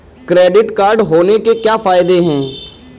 Credit card होने के क्या फायदे हैं?